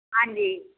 ਹਾਂਜੀ